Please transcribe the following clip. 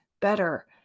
better